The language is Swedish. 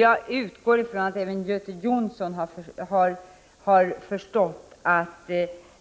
Jag utgår från att även Göte Jonsson har förstått att